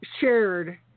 shared